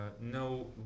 no